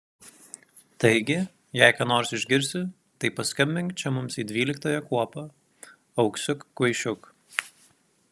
taigi jei ką nors išgirsi tai paskambink čia mums į dvyliktąją kuopą auksiuk kvaišiuk